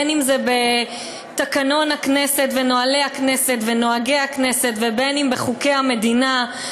אם בתקנון הכנסת ובנוהלי הכנסת ונוהגי הכנסת ואם בחוקי המדינה.